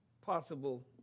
possible